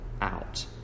out